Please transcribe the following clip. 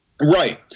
Right